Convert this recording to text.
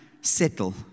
settle